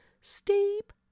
steep